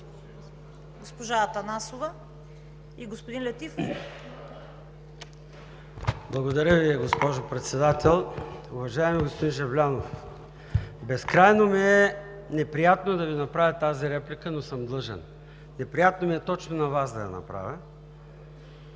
госпожа Атанасова. ЙОРДАН ЦОНЕВ (ДПС): Благодаря, госпожо Председател. Уважаеми господин Жаблянов, безкрайно ми е неприятно да Ви направя тази реплика, но съм длъжен. Неприятно ми е точно на Вас да я направя.